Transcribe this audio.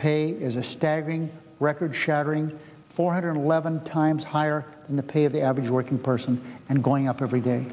pay is a staggering record shattering four hundred eleven times higher than the pay of the average working person and going up every day